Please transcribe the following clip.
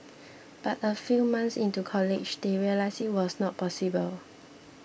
but a few months into college they realised it was not possible